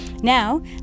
now